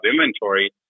inventory